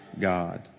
God